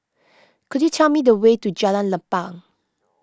could you tell me the way to Jalan Lapang